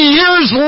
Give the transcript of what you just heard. years